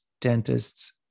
dentists